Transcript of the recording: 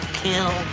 kill